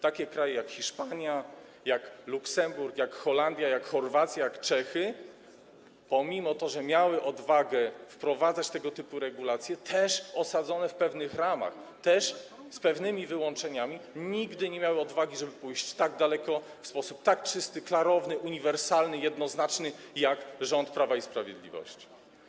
Takie kraje, jak Hiszpania, Luksemburg, Holandia, Chorwacja, Czechy, pomimo że miały odwagę wprowadzać tego typu regulacje - też osadzone w pewnych ramach, też z pewnymi wyłączeniami - nigdy nie miały odwagi, żeby pójść tak daleko, w sposób tak czysty, klarowny, uniwersalny i jednoznaczny, jak rząd Prawa i Sprawiedliwości.